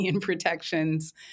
protections